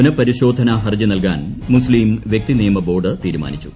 പുനപരിശോധനാ ഹർജി നൽകാൻ മുസ്തീം വൃക്തി നിയമ ബോർഡ് തീരുമാനിച്ചു